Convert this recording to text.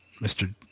Mr